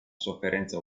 sofferenza